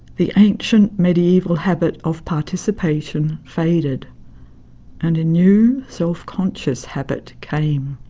the ancient medieval habit of participation faded and a new self-conscious habit came.